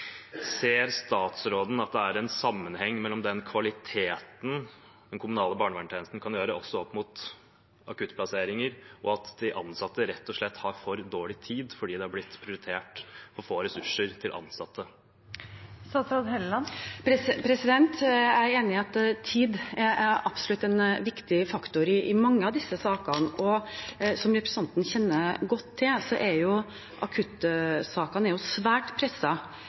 Ser statsråden at det er en sammenheng mellom den kvaliteten som den kommunale barnevernstjenesten kan levere, også når det gjelder akuttplasseringer, og at de ansatte rett og slett har for dårlig tid fordi det er blitt prioritert for få ressurser til ansatte? Jeg er enig i at tid absolutt er en viktig faktor i mange av disse sakene. Som representanten Øvstegård kjenner godt til, er akuttsakene svært presset på tid, og det er behov for en rask avklaring. Det man ofte ser, er